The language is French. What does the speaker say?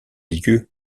lieu